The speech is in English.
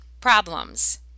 problems